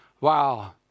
Wow